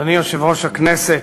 אדוני יושב-ראש הכנסת,